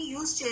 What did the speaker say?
use